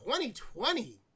2020